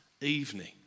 evening